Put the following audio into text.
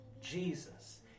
Jesus